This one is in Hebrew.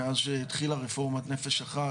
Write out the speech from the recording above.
מאז שהתחילה רפורמת "נפש אחת",